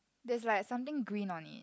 that's like something green on it